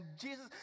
Jesus